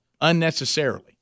unnecessarily